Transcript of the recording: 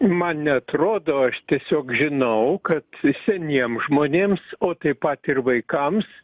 man neatrodo aš tiesiog žinau kad seniem žmonėms o taip pat ir vaikams